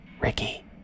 Ricky